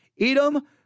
Edom